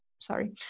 sorry